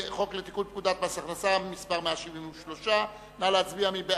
לתיקון פקודת מס הכנסה (מס' 173). נא להצביע.